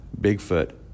Bigfoot